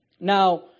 Now